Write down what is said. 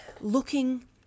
looking